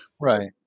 Right